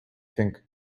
think